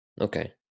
Okay